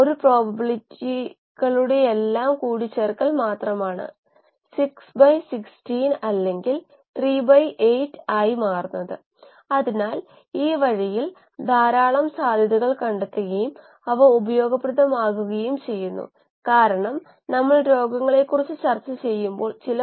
താപനില പിഎച്ച് ഇടത്തരം ഘടന അജിറ്റേഷൻ വായുസഞ്ചാരത്തിന്റെ അളവ് ഓക്സിജന്റെ അളവ് എന്നിവ നമ്മൾ പരിശോധിച്ചു